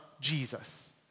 Jesus